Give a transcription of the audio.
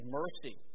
mercy